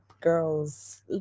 girls